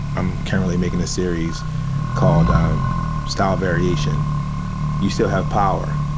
i'm currently making a series called um style variation you still have power.